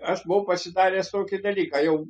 aš buvau pasidaręs tokį dalyką jau